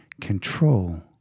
control